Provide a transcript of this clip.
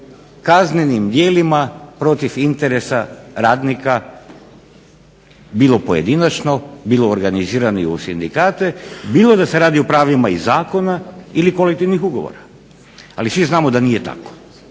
kaznenim djelima protiv interesa radnika bilo pojedinačno, bilo organizirano u sindikate, bilo da se radi o pravima iz zakona ili kolektivnih ugovora. Ali svi znamo da nije tako.